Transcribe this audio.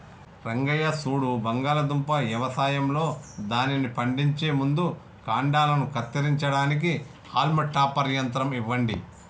రంగయ్య సూడు బంగాళాదుంప యవసాయంలో దానిని పండించే ముందు కాండలను కత్తిరించడానికి హాల్మ్ టాపర్ యంత్రం ఇవ్వండి